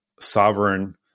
sovereign